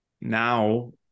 now